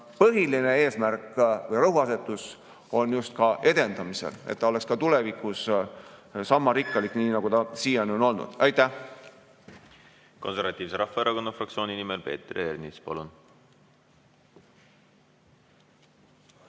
põhiline eesmärk või rõhuasetus on just [kultuuripärandi] edendamisel, et ta oleks ka tulevikus sama rikkalik, nagu ta siiani on olnud. Aitäh! Konservatiivse Rahvaerakonna fraktsiooni nimel Peeter Ernits, palun!